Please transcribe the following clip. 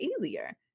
easier